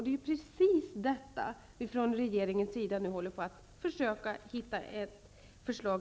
Det är precis detta som vi i regeringen vill ändra på genom att försöka hitta ett förslag.